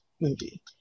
movie